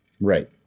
Right